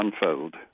unfold